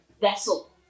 vessel